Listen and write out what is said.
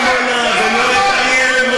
לא את עמונה ולא את אריאל הם רוצים.